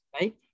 right